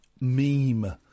meme